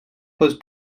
pose